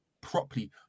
properly